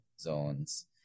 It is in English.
zones